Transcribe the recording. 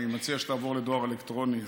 אני מציע שתעבור לדואר אלקטרוני,